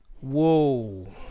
whoa